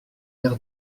air